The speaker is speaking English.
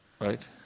Right